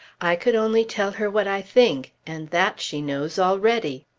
i could only tell her what i think, and that she knows already.